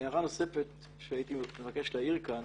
הערה נוספת שהייתי מבקש להעיר כאן